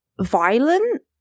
violent